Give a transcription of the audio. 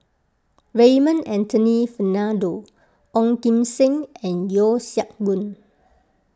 Raymond Anthony Fernando Ong Kim Seng and Yeo Siak Goon